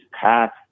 path